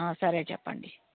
సరే చెప్పండి